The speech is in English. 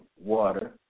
water